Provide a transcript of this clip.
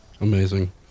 Amazing